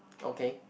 okay